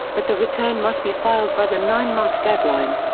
but the return must be filed by the nine month deadline.